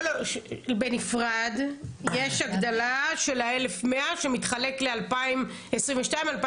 בנפרד יש הגדלה של ה-1,100 שמתחלק ל-2022-2023.